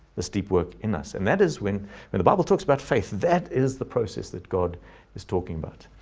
this deep work in us. and that is when and the bible talks about faith. that is the process that god is talking about.